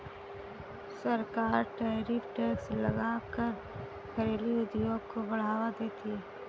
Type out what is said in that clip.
सरकार tariff tax लगा कर घरेलु उद्योग को बढ़ावा देती है